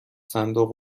صندوق